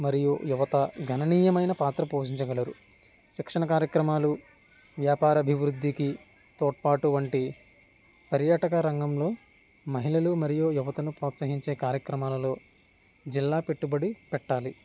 మరియు యువత గణనీయమైన పాత్ర పోషించగలరు శిక్షణ కార్యక్రమాలు వ్యాపార అభివృద్ధికి తోడ్పాటు వంటి పర్యాటక రంగంలో మహిళలు మరియు యువతను ప్రోత్సహించే కార్యక్రమాలలో జిల్లా పెట్టుబడి పెట్టాలి